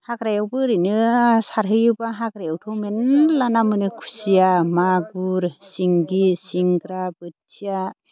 हाग्रायावबो ओरैनो सारहैयोब्ला हाग्रायाथ' मेल्ला ना मोनो खुसिया मागुर सिंगि सिंग्रा बोथिया